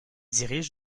dirige